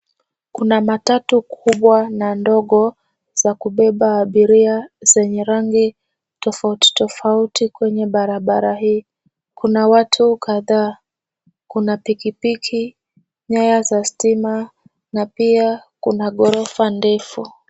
Kuna matatu kubwa na ndogo za kubeba abiria zenye rangi tofauti tofauti kwenye barabara hii. Kuna watu kadhaa, kuna pikipiki, nyaya za stima na pia kuna ghorofa ndefu.